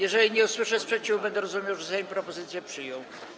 Jeżeli nie usłyszę sprzeciwu, będę rozumiał, że Sejm propozycję przyjął.